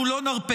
אנחנו לא נרפה.